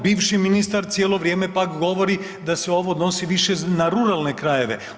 Bivši ministar cijelo vrijeme pak govori da se ovo odnosi više na ruralne krajeve.